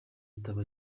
igitabo